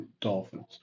Dolphins